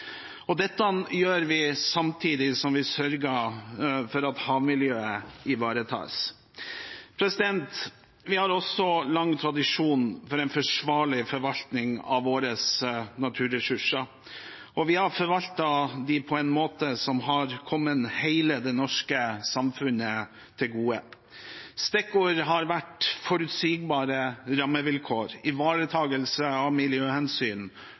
Og dette gjør vi samtidig som vi sørger for at havmiljøet ivaretas. Vi har også lang tradisjon for en forsvarlig forvaltning av våre naturressurser, og vi har forvaltet dem på en måte som har kommet hele det norske samfunnet til gode. Stikkord har vært forutsigbare rammevilkår, ivaretakelse av miljøhensyn,